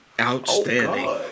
Outstanding